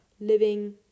living